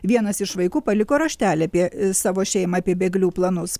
vienas iš vaikų paliko raštelį apie savo šeimai apie bėglių planus